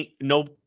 no